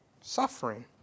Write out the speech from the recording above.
suffering